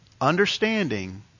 Understanding